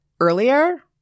earlier